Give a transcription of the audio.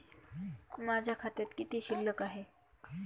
माझ्या खात्यात किती शिल्लक आहे?